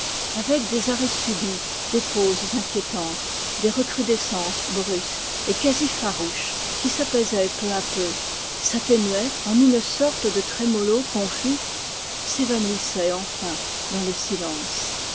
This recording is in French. avec des arrêts subits des pauses inquiétantes des recrudescences brusques et quasi farouches qui s'apaisaient peu à peu s'atténuaient en une sorte de trémolo confus s'évanouissaient enfin dans le silence